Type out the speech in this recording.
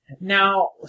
Now